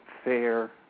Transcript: fair